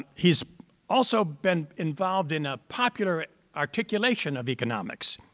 he's also been involved in a popular articulation of economics.